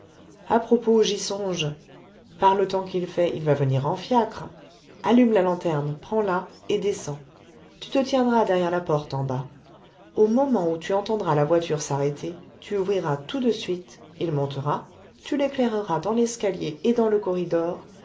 à propos j'y songe par le temps qu'il fait il va venir en fiacre allume la lanterne prend là et descends tu te tiendras derrière la porte en bas au moment où tu entendras la voiture s'arrêter tu ouvriras tout de suite il montera tu l'éclaireras dans l'escalier et dans le corridor